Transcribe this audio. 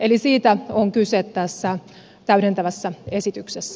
eli siitä on kyse tässä täydentävässä esityksessä